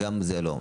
גם זה לא.